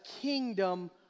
kingdom